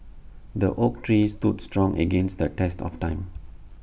the oak tree stood strong against the test of time